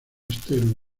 estero